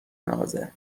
نازه